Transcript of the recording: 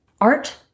Art